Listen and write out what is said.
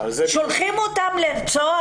שולחים אותם לרצוח,